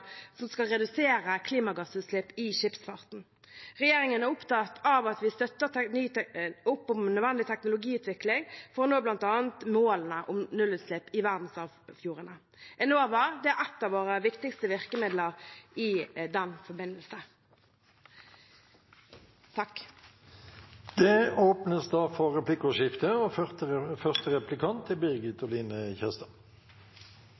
som skal redusere klimagassutslipp i skipsfarten. Regjeringen er opptatt av at vi støtter opp om nødvendig teknologiutvikling, bl.a. for å nå målene om nullutslipp i verdensarvfjordene. Enova er et av våre viktigste virkemidler i den forbindelse. Det blir replikkordskifte. Statsråden snakka litt om korleis saksbehandlinga er for å få på plass straum og ledningar osv. Det er